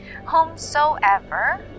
Whomsoever